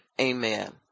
Amen